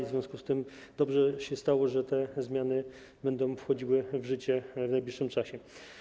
W związku z tym dobrze się stało, że te zmiany będą wchodziły w życie w najbliższym czasie.